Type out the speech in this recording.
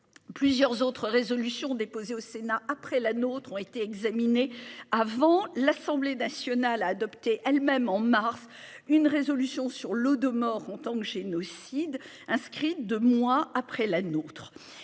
Plusieurs autres résolutions déposées au Sénat après la nôtre ont été examinées avant l'Assemblée nationale a adopté elles-mêmes en mars une résolution sur l'eau de morts en tant que génocide, inscrite, deux mois après la nôtre